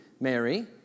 Mary